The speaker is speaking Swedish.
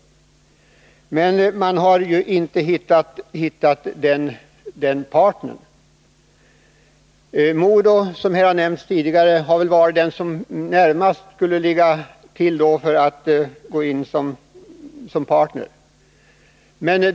Men man har inte hittat ett sådant företag. MoDo, som nämnts tidigare, skulle väl halegat närmast till hands för att gå in som partner.